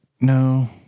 No